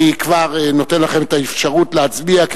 אני כבר נותן לכם את האפשרות להצביע,